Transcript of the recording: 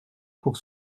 pour